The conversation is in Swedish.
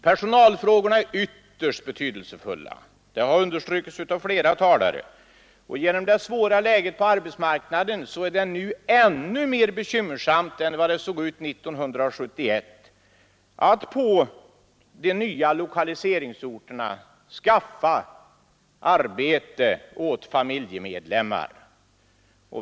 Personalfrågorna är ytterst betydelsefulla — det har understrukits av flera talare — och genom det svåra läget på arbetsmarknaden är det nu ännu mer bekymmersamt än det såg ut 1971 att på de nya lokaliseringsorterna skaffa arbete åt familjemedlemmar.